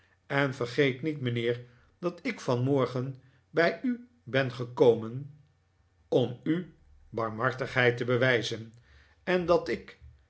en vergeet niet mijnheer dat ik vanmorgen bij u ben gekomen om u barmnikolaas nickleby hartigheid te bewijzen en dat ik